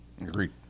Agreed